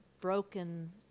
broken